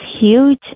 huge